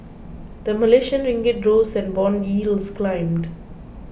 the Malaysian Ringgit rose and bond yields climbed